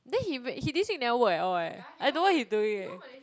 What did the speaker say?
then he b~ he this week never work at all eh I don't know what he's doing eh